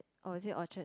or is it Orchard